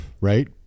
right